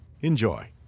Enjoy